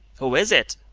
who is it?